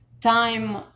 time